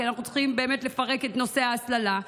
כי אנחנו צריכים באמת לפרק את נושא ההסללה,